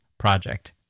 project